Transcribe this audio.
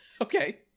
okay